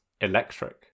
electric